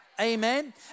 amen